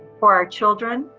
for our children,